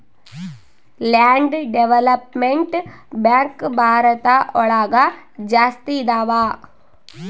land development bank Bharat ಒಳಗ ಜಾಸ್ತಿ ಇದಾವ